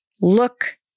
look